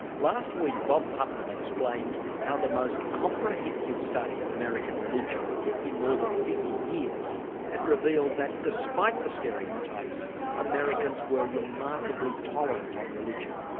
last week bob putnam explained how the most comprehensive study of american religion in more than fifty years had revealed that despite the stereotypes americans were remarkably tolerant on religion.